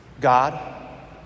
God